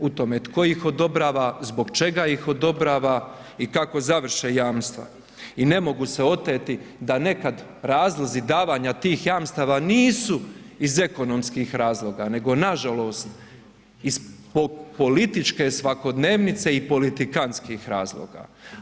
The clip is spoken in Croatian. U tome tko ih odobrava, zbog čega ih odobrava i kako završe jamstva i ne mogu se oteti da nekad razlozi davanja tih jamstava nisu iz ekonomskih razloga nego, nažalost, iz političke svakodnevnice i politikantskih razloga.